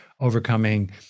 overcoming